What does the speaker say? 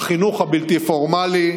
החינוך הבלתי-פורמלי,